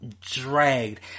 dragged